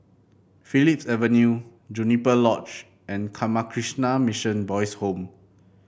Phillips Avenue Juniper Lodge and Ramakrishna Mission Boys' Home